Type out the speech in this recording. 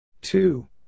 Two